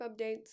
updates